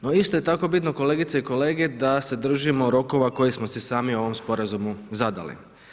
No isto je tako bitno, kolegice i kolege da se držimo rokova koje smo si sami u ovom sporazumu zadali.